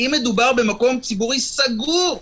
אם מדובר במקום ציבורי סגור,